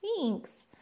Thanks